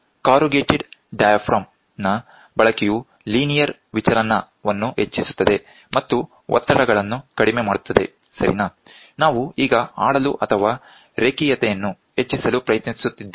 corrugated diaphragm ನ ಬಳಕೆಯು linear ವಿಚಲನವನ್ನು ಹೆಚ್ಚಿಸುತ್ತದೆ ಮತ್ತು ಒತ್ತಡಗಳನ್ನು ಕಡಿಮೆ ಮಾಡುತ್ತದೆ ಸರಿನಾ ನಾವು ಈಗ ಆಡಲು ಅಥವಾ ರೇಖೀಯತೆಯನ್ನು ಹೆಚ್ಚಿಸಲು ಪ್ರಯತ್ನಿಸುತ್ತಿದ್ದೇವೆ